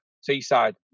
Seaside